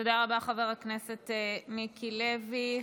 תודה רבה, חבר הכנסת מיקי לוי.